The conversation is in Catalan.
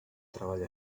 treball